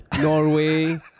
Norway